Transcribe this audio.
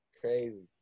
crazy